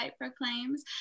proclaims